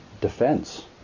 defense